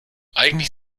eigentlich